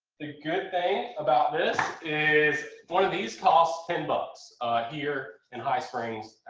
the good thing about this is one of these costs ten bucks here in high springs.